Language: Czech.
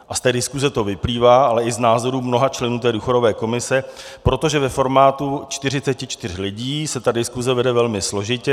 A z té diskuse to vyplývá, ale i z názorů mnoha členů důchodové komise, protože ve formátu 44 lidí se ta diskuse vede velmi složitě.